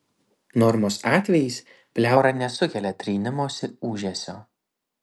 normos atvejais pleura nesukelia trynimosi ūžesio